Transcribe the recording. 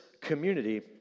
community